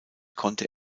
konnte